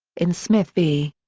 in smith v.